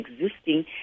existing